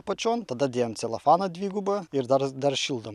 apačion tada dėjom celofaną dvigubą ir dar dar šildom